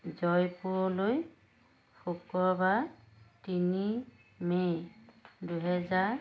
জয়পুৰলৈ শুক্ৰবাৰ তিনি মে' দুহেজাৰ